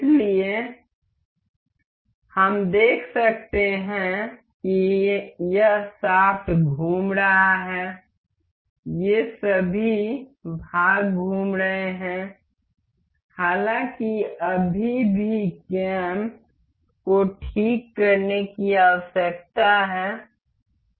इसलिए हम देख सकते हैं कि यह शाफ्ट घूम रहा है ये सभी भाग घूम रहे हैं हालाँकि अभी भी कैम को ठीक करने की आवश्यकता है